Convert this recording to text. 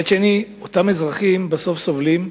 מצד שני, אותם אזרחים בסוף סובלים,